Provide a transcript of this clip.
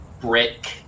brick